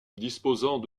disposant